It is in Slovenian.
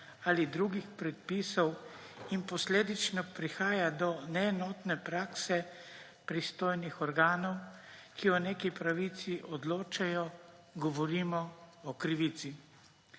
ali drugih predpisov in posledično prihaja do neenotne prakse pristojnih organov, ki o neki pravici odločajo, govorimo o krivici.